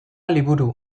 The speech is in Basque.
liburu